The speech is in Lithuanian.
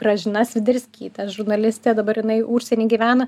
gražina sviderskyte žurnalistė dabar jinai užsieny gyvena